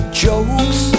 jokes